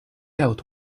out